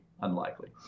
unlikely